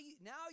Now